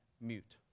mute